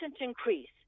increase